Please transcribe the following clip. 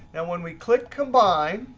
and when we click combine,